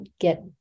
get